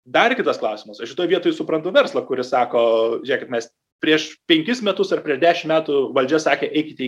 dar kitas klausimas o šitoj vietoj suprantu verslą kuris sako žiūrėkit mes prieš penkis metus ar prieš dešim metų valdžia sakė eikite į